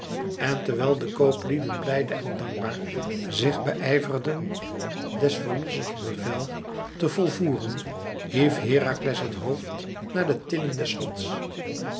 en terwijl de kooplieden blijde en dankbaar zich beijverden des verlossers bevel te volvoeren hief herakles het hoofd naar de tinnen des